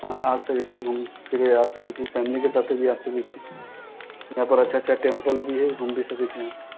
अहाँ आ सकै छी घुमू फिरू आ सकै छी फेमिली के लेकर भी आ सकै छी यहाँ पर अच्छा अच्छा टेम्पुल भी हय घुमि भी सकै छी अहाँ